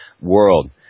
world